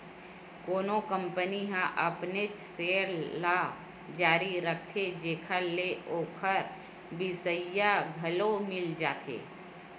कोनो कंपनी ह अपनेच सेयर ल जारी करथे जेखर ले ओखर बिसइया घलो मिल जाथे